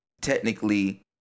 technically